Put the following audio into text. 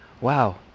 wow